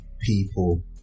people